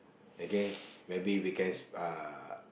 okay maybe we can sp~ uh